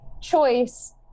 choice